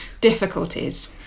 difficulties